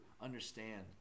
understand